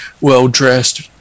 well-dressed